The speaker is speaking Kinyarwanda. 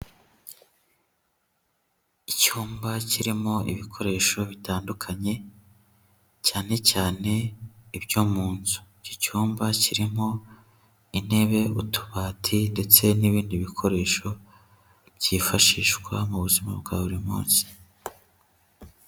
Icyumba kirimo ibikoresho bitandukanye, cyane cyane ibyo mu nzu. Iki cyumba kirimo intebe, utubati ndetse n'ibindi bikoresho byifashishwa mu buzima bwa buri munsi.